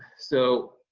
so,